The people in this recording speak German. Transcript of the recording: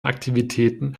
aktivitäten